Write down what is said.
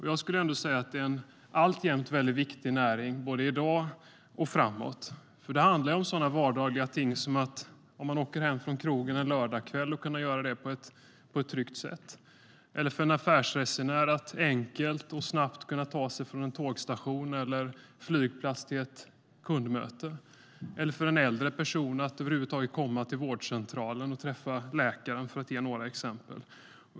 Jag skulle vilja säga att taxinäringen är en alltjämt viktig näring - både i dag och framåt. Det handlar om sådana vardagliga ting som att kunna åka hem från krogen en lördagskväll på ett tryggt sätt, eller för en affärsresenär att enkelt och snabbt ta sig från en tågstation eller flygplats till ett kundmöte, eller för en äldre person att över huvud taget komma till vårdcentralen och träffa läkaren.